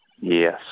Yes